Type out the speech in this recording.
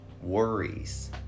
Worries